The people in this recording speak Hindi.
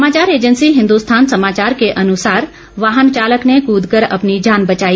समाचार एजेंसी हिन्दुस्थान समाचार के अनुसार वाहन चालक ने कूद कर अपनी जान बचाई